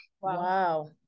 wow